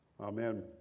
Amen